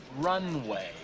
runway